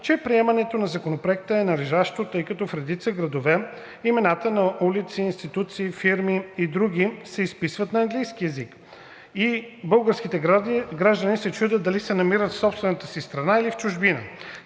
че приемането на Законопроекта е належащо, тъй като в редица градове имената на улици, институции, фирми и други се изписват на английски език, а българските граждани се чудят дали се намират в собствената си страна, или в чужбина.